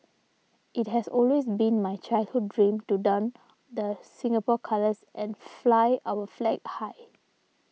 it has always been my childhood dream to don the Singapore colours and fly our flag high